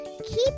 Keep